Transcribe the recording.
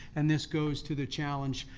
and this goes to the challenge,